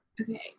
Okay